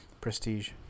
prestige